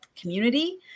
community